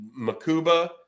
Makuba